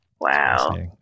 Wow